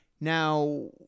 Now